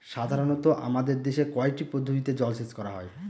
সাধারনত আমাদের দেশে কয়টি পদ্ধতিতে জলসেচ করা হয়?